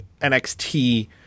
NXT